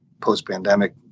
post-pandemic